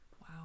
wow